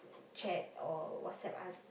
chat or WhatsApp us